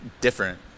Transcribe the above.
different